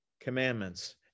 commandments